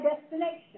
destination